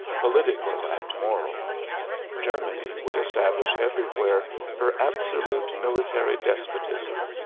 political and moral germany would establish everywhere her absolute military despotism.